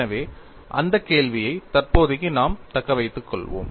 எனவே அந்த கேள்வியை தற்போதைக்கு நாம் தக்கவைத்துக் கொள்வோம்